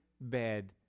bad